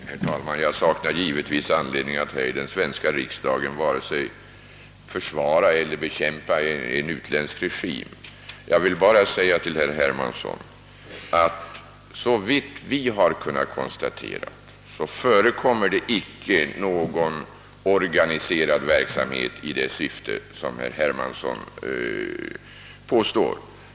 Herr talman! Jag saknar givetvis anledning att i den svenska riksdagen vare sig försvara eller bekämpa en utländsk regim. Såvitt vi har kunnat konstatera förekommer det icke någon organiserad verksamhet i det syfte som herr Hermansson talar om.